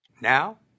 Now